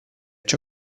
ciò